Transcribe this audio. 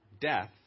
death